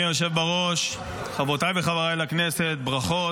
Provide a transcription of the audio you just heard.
אני מזמין את חבר הכנסת עמית